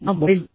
నా మొబైల్